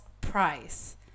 price